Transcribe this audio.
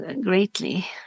greatly